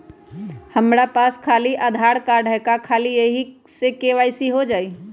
हमरा पास खाली आधार कार्ड है, का ख़ाली यही से के.वाई.सी हो जाइ?